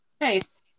Nice